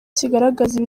kigaragaza